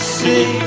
see